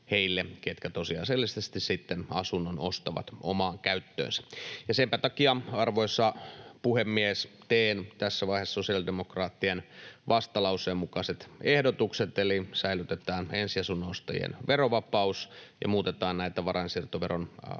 heille, ketkä tosiasiallisesti sitten asunnon ostavat omaan käyttöönsä. Senpä takia, arvoisa puhemies, teen tässä vaiheessa sosiaalidemokraattien vastalauseen mukaiset ehdotukset, eli säilytetään ensiasunnon ostajien verovapaus ja muutetaan näitä varainsiirtoveron